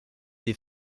des